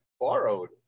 borrowed